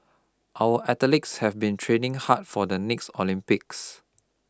our athletes have been training hard for the next Olympics